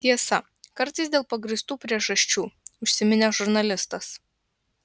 tiesa kartais dėl pagrįstų priežasčių užsiminė žurnalistas